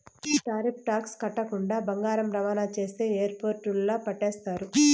tariff tax కట్టకుండా బంగారం రవాణా చేస్తే ఎయిర్పోర్టుల్ల పట్టేస్తారు